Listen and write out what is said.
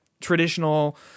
traditional